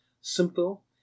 simple